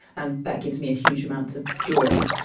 and that gives me huge amounts of joy,